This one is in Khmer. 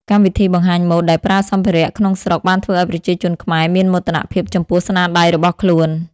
កម្មវិធីបង្ហាញម៉ូដដែលប្រើសម្ភារៈក្នុងស្រុកបានធ្វើឲ្យប្រជាជនខ្មែរមានមោទនភាពចំពោះស្នាដៃរបស់ខ្លួន។